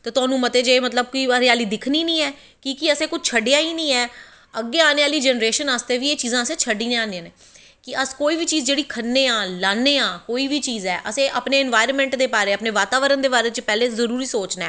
ते तोहानू मते जगहें मतलव हरियाली दिक्खनी गै नी ऐ कि के असैं कुश छड्डेआ गै नी ऐ अग्गैं आनें आह्ली जनरेशन आस्तै असैं किश चीज़ां छड्डनियां नै कि अस कोी बी चीज़ जेह्ड़ी खन्ने आं लान्नें आं कोई बी चीज़ ऐ असैं अपनें इन्बाईरमैंट दे बारे च पैह्लें जरूरी सोचनां ऐ